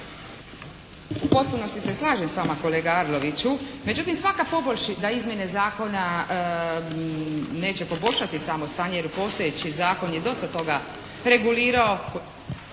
U potpunosti se slažem s vama kolega Arloviću. Međutim, svaka poboljš da izmjena zakona neće poboljšati samo stanje jer postojeći zakon je dosta toga regulirao,